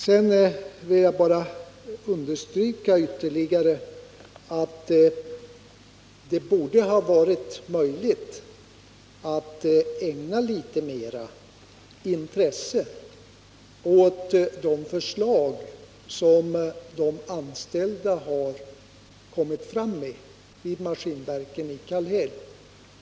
Sedan vill jag bara ytterligare understryka att det borde ha varit möjligt att ägna litet större intresse åt de förslag som har framlagts av de anställda vid Maskinverken i Kallhäll.